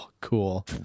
Cool